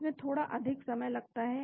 इसमें थोड़ा अधिक समय लगता है